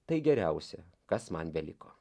tai geriausia kas man beliko